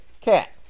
cat